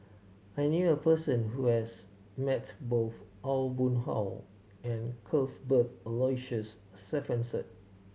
I knew a person who has met both Aw Boon Haw and Cuthbert Aloysius Shepherdson